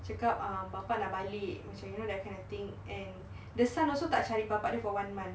cakap um bapa nak balik you know that kind of thing and the son also tak cari bapa dia for one month